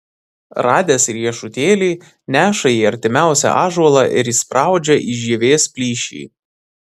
radęs riešutėlį neša į artimiausią ąžuolą ir įspraudžia į žievės plyšį